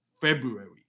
February